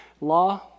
law